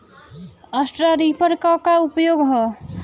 Straw reaper क का उपयोग ह?